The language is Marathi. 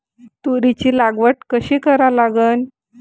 तुरीची लागवड कशी करा लागन?